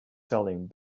selling